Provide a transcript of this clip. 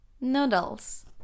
Noodles